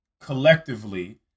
collectively